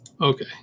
okay